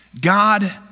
God